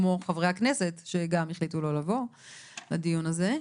כמו גם חברי הכנסת שהחליטו לא לבוא לדיון הזה.